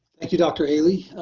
thank you, dr. haley.